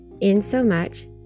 insomuch